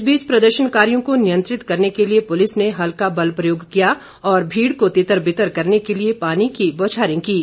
इस बीच प्रदर्शनकारियों को नियंत्रित करने के लिए पुलिस ने हल्का बल प्रयोग किया और भीड़ को तितर बितर करने के लिए पानी के बौछारे कीं